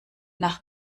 nach